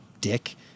dick